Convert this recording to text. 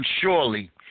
surely